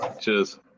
cheers